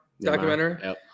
documentary